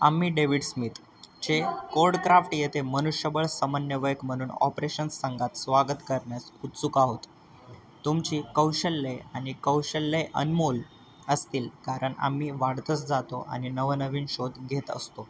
आम्ही डेविड स्मिथचे कोडक्राफ्ट येथे मनुष्यबळ समन्वयक म्हणून ऑपरेशन संघात स्वागत करण्यास उत्सुक आहोत तुमची कौशल्ये आणि कौशल्ये अनमोल असतील कारण आम्ही वाढतच जातो आणि नवनवीन शोध घेत असतो